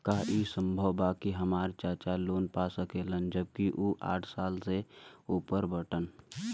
का ई संभव बा कि हमार चाचा लोन पा सकेला जबकि उ साठ साल से ऊपर बाटन?